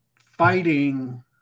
fighting